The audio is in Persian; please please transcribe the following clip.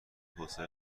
حوصله